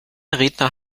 redner